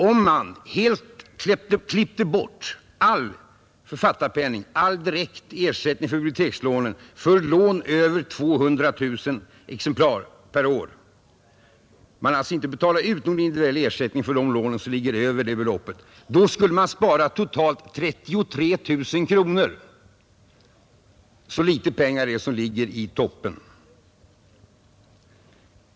Om man helt klippte bort all författarpenning, all direkt ersättning för bibliotekslånen för lån över 200 000 exemplar per år, om man alltså inte betalade ut någon individuell ersättning för lån däröver, då skulle man spara totalt cirka 33 000 kronor. Så lite pengar är det som ligger i toppen.